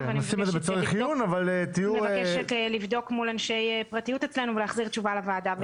ואני מבקשת לבדוק מול אנשי הפרטיות אצלנו ולהחזיר תשובה לוועדה.